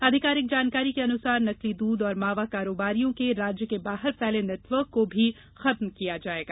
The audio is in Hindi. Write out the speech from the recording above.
आधिकारिक जानकारी के अनुसार नकली दूध और मावा कारोबारियों के राज्य के बाहर फैले नेटवर्क को भी खत्म किया जाएगा